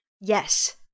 Yes